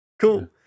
cool